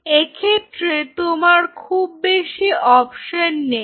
এক্ষেত্রে তোমার খুব বেশি অপশন নেই